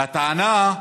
הטענה היא